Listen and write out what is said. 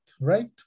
right